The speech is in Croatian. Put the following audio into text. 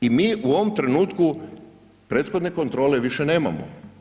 I mi u ovom trenutku prethodne kontrole više nemamo.